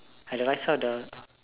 at the right side of the